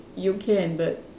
you can but